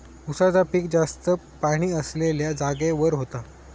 उसाचा पिक जास्त पाणी असलेल्या जागेवर होता